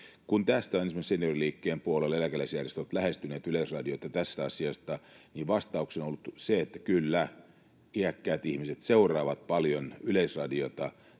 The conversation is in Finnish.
Kun esimerkiksi senioriliikkeen puolella eläkeläisjärjestöt ovat lähestyneet Yleisradiota tästä asiasta, niin vastauksena on ollut se, että kyllä iäkkäät ihmiset seuraavat paljon Yleisradiota